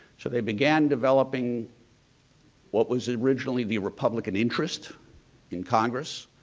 so they began developing what was originally the republican interest in congress.